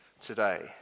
today